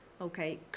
okay